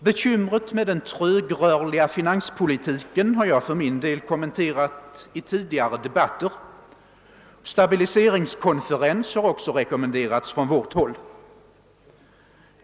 Bekymret med den trögrörliga finanspolitiken har jag för min del kommenterat i tidigare debatter. Stabiliseringskonferenser har också rekommenderats från vårt håll.